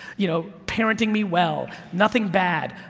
you know, parenting me well, nothing bad,